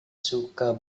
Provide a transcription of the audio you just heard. suka